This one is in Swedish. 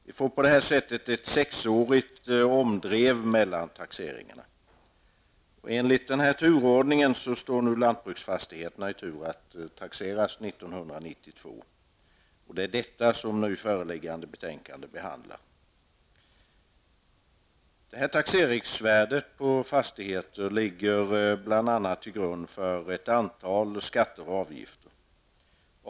Vi får på det sättet ett sexårigt omdrev mellan taxeringarna. Enligt denna turordning står nu lantbruksfastigheter i tur att taxeras år 1992. Det är detta som nu föreliggande betänkande behandlar. Det här taxeringsvärdet på fastigheter ligger bl.a. till grund för ett antal skatter och avgifter.